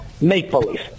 make-believe